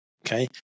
Okay